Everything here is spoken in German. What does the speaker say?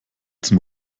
zum